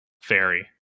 Fairy